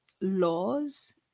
laws